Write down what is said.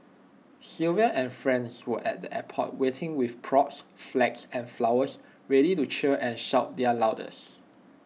Sylvia and friends were at the airport waiting with props flags and flowers ready to cheer and shout their loudest